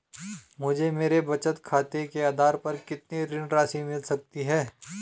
मुझे मेरे बचत खाते के आधार पर कितनी ऋण राशि मिल सकती है?